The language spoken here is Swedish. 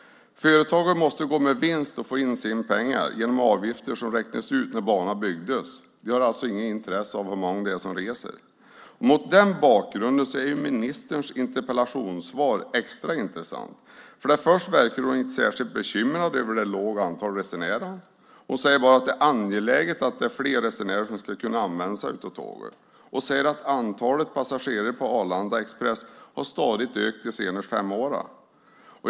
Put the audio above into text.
Företaget måste gå med vinst och få in sina pengar genom avgifter som räknades ut när banan byggdes. Det har alltså inget intresse av hur många det är som reser. Mot den bakgrunden är ministerns interpellationssvar extra intressant. Först och främst verkar hon inte särskilt bekymrad över det låga antalet resenärer. Hon säger bara att det är angeläget att det är fler resenärer som ska kunna använda sig av tåget. Hon säger att antalet passagerare på Arlanda Express stadigt har ökat under de senaste fem åren.